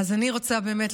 אז אני רוצה באמת,